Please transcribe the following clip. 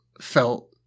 felt